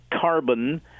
carbon